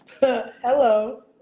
hello